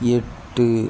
எட்டு